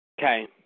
Okay